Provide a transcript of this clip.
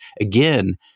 Again